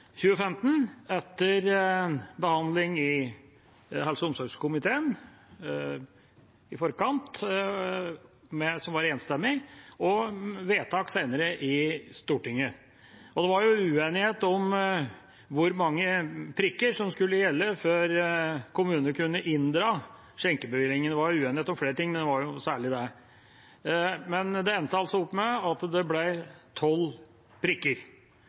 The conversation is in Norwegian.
helse- og omsorgskomiteen i forkant – som var enstemmig – og senere vedtak i Stortinget. Det var uenighet om hvor mange prikker som skulle gjelde før kommunene kunne inndra skjenkebevillingen. Det var uenighet om flere ting, men særlig om det. Men det endte altså opp med at det ble tolv prikker.